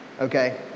Okay